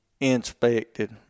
Inspected